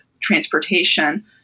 transportation